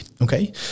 Okay